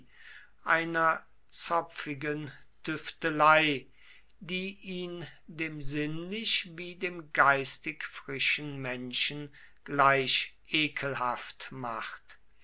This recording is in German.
einer zopfigen tüftelei die ihn dem sinnlich wie dem geistig frischen menschen gleich ekelhaft macht